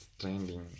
trending